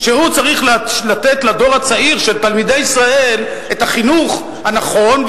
שהוא צריך לתת לדור הצעיר של תלמידי ישראל את החינוך הנכון,